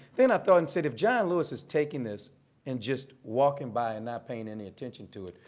then i thought and said, if john lewis is taking this and just walking by and not paying any attention to it,